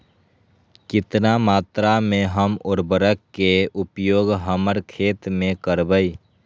कितना मात्रा में हम उर्वरक के उपयोग हमर खेत में करबई?